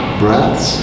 breaths